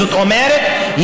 זאת אומרת,